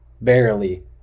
barely